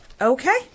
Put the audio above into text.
Okay